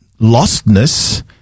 lostness